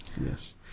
yes